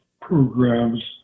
programs